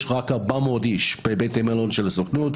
יש רק 400 איש בבתי מלון של הסוכנות,